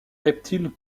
reptiles